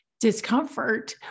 discomfort